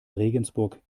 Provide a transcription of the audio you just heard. regensburg